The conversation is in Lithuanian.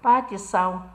patys sau